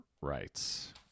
rights